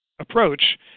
approach